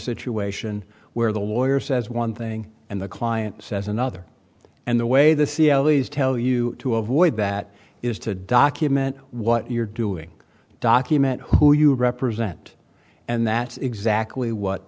situation where the lawyer says one thing and the client says another and the way the c l these tell you to avoid that is to document what you're doing document who you represent and that's exactly what